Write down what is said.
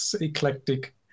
eclectic